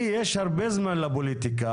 לי יש הרבה זמן לפוליטיקה,